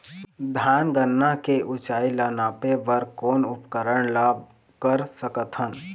धान गन्ना के ऊंचाई ला नापे बर कोन उपकरण ला कर सकथन?